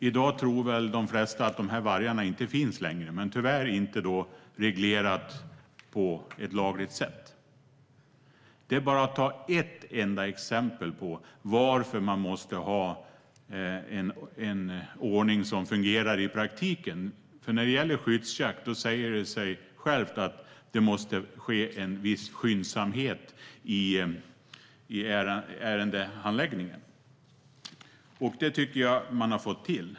I dag tror väl de flesta att dessa vargar inte längre finns, men det har tyvärr inte reglerats på ett lagligt sätt. Det här är bara ett enda exempel på varför man måste ha en ordning som fungerar i praktiken, för när det gäller skyddsjakt säger det sig självt att det måste vara en viss skyndsamhet i ärendehandläggningen. Detta tycker jag att man har fått till.